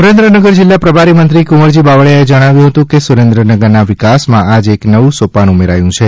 સુરેન્દ્રનગર જિલ્લા પ્રભારીમંત્રી કુંવરજી બાવળીયાએ જણાવ્યું હતું કે સુરેન્દ્રનગરના વિકાસમાં આજ એક નવું સોપાન ઉમેરાયું છે